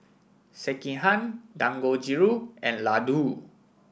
Sekihan Dangojiru and Ladoo